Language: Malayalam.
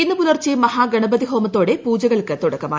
ഇന്ന് പുലർച്ചെ മഹാഗണപതിഹോമത്തോടെ പൂജകൾക്ക് തുടക്കമായി